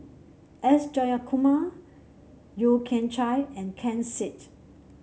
S Jayakumar Yeo Kian Chye and Ken Seet